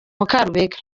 mukarubega